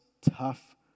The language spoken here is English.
tough